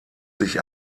sich